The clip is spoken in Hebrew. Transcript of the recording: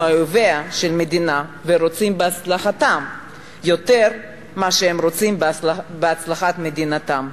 אויביה של המדינה ורוצים בהצלחתם יותר ממה שהם רוצים בהצלחת מדינתם.